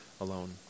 alone